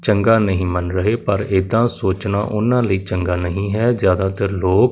ਚੰਗਾ ਨਹੀਂ ਮੰਨ ਰਹੇ ਪਰ ਇਹ ਪਰ ਇੱਦਾਂ ਸੋਚਣਾ ਉਨ੍ਹਾਂ ਲਈ ਚੰਗਾ ਨਹੀਂ ਹੈ ਜ਼ਿਆਦਾਤਰ ਲੋਕ